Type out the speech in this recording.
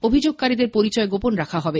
অভিযোগকারীদের পরিচয় গোপন রাখা হবে